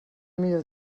millor